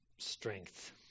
strength